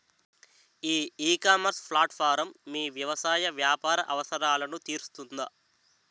ఈ ecommerce platform మీ వ్యవసాయ వ్యాపార అవసరాలను తీరుస్తుందా?